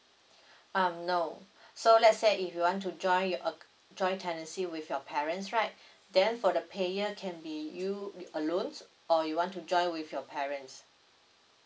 um no so let's say if you want to join your join tenancy with your parents right then for the payer can be you alone or you want to join with your parents